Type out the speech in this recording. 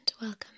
welcome